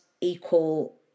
equal